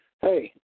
hey